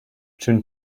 چون